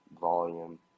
volume